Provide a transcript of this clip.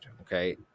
okay